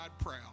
proud